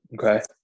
Okay